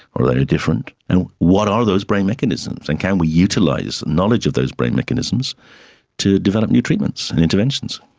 are they any different? and what are those brain mechanisms and can we utilise knowledge of those brain mechanisms to develop new treatments and interventions?